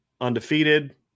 undefeated